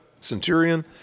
centurion